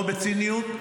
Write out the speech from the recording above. לא בציניות,